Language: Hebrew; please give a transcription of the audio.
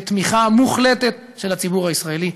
בתמיכה מוחלטת של הציבור הישראלי.